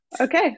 Okay